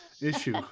issue